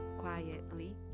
quietly